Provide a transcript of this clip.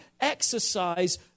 exercise